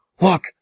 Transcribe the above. Look